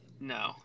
no